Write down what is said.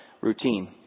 routine